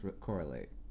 correlate